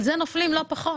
על זה נופלים לא פחות.